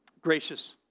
Gracious